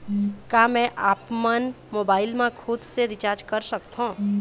का मैं आपमन मोबाइल मा खुद से रिचार्ज कर सकथों?